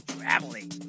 traveling